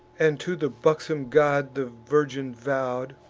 and to the buxom god the virgin vow'd.